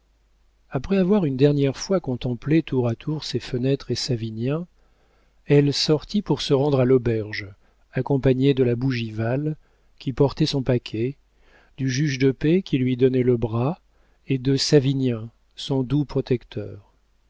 après avoir une dernière fois contemplé tour à tour ses fenêtres et savinien elle sortit pour se rendre à l'auberge accompagnée de la bougival qui portait son paquet du juge de paix qui lui donnait le bras et de savinien son doux protecteur